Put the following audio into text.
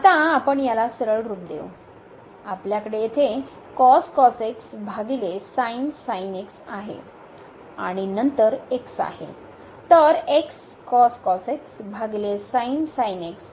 आता आपण याल सरळ रूप देऊ आपल्याकडे येथे आहे आणि नंतर x आहे